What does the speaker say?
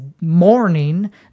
morning